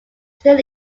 still